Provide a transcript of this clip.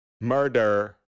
Murder